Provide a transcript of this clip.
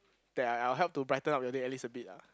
that I I'll help to brighten up your day at least a bit ah